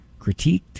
critiqued